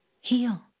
heal